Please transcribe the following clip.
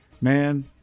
Man